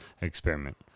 Experiment